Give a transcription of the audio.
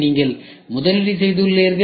நீங்கள் முதலீடு செய்துள்ளீர்கள்